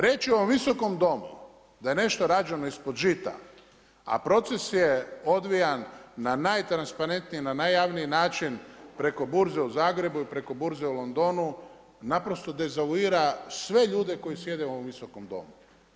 Reći u ovom visokom Domu da je nešto rađeno ispod žita, a proces je odvijan na najtransparentniji, najjavniji način preko burze u Zagrebi i preko burze u Londonu, naprosto dezavuira sve ljude koji sjede u ovom visokom Domu.